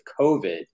COVID